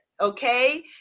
okay